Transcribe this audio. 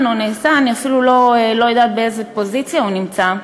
או נעשה אני אפילו לא יודעת באיזה פוזיציה הוא נמצא,